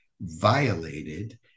violated